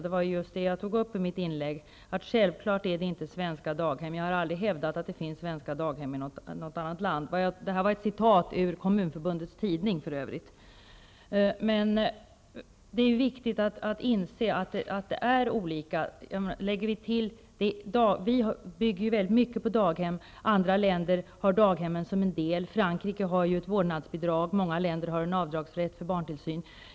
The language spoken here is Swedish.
Det var just det jag tog upp i mitt inlägg. Självfallet är det inte svenska daghem -- jag har aldrig hävdat att det finns svenska daghem i något annat land. Det jag sade var för övrigt ett citat ur Kommunförbundets tidning. Det är viktigt att inse att det är olika. Vi bygger ju väldigt mycket på daghem -- andra länder har daghemmen som en del. I Frankrike har man ett vårdnadsbidrag, i många länder har man en avdragsrätt för barntillsyn.